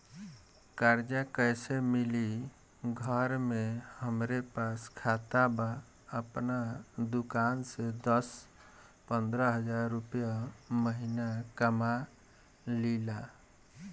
कर्जा कैसे मिली घर में हमरे पास खाता बा आपन दुकानसे दस पंद्रह हज़ार रुपया महीना कमा लीला?